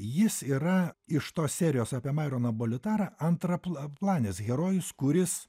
jis yra iš tos serijos apie maironą bolitarą antraplanis herojus kuris